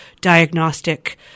diagnostic